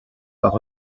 par